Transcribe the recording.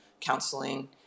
counseling